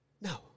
No